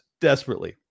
desperately